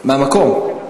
מהמקום.